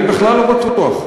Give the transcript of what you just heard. אני בכלל לא בטוח,